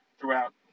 Throughout